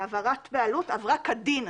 שהעברת הבעלות עברה כדין.